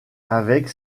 avec